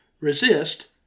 resist